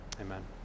amen